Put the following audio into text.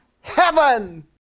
heaven